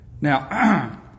Now